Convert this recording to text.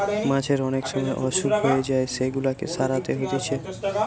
মাছের অনেক সময় অসুখ হয়ে যায় সেগুলাকে সারাতে হতিছে